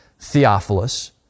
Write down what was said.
Theophilus